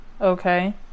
okay